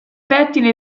pettine